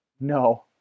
No